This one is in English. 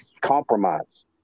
compromise